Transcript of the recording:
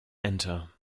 enter